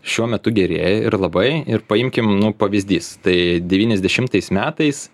šiuo metu gerėja ir labai ir paimkim nu pavyzdys tai devyniasdešimtais metais